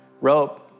rope